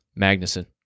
Magnuson